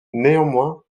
néanmoins